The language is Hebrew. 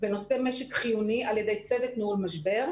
בנושא משק חיוני על ידי צוות ניהול משבר,